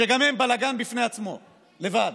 שגם הם בלגן בפני עצמו, לבד,